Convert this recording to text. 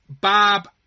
Bob